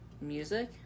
music